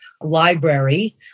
library